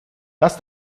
lass